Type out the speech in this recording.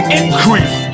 increase